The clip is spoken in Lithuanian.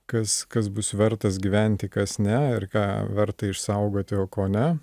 kas kas bus vertas gyventi kas ne ką verta išsaugoti o ko ne